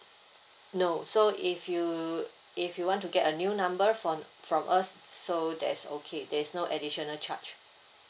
no so if you if you want to get a new number from from us so that's okay there's no additional charge